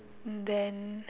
then